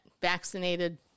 vaccinated